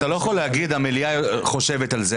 אתה לא יכול להגיד המליאה חושבת על זה,